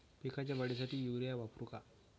पिकाच्या वाढीसाठी युरिया वापरू का?